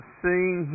seeing